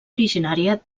originària